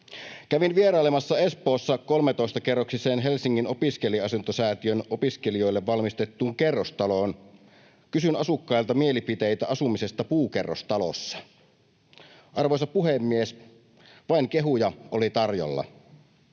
valmistetussa 13-kerroksisessa Helsingin seudun opiskelija-asuntosäätiön kerrostalossa. Kysyin asukkailta mielipiteitä asumisesta puukerrostalossa. Arvoisa puhemies, vain kehuja oli tarjolla.